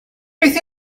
beth